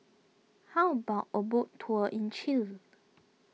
how about a boat tour in Chile